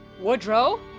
Woodrow